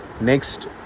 next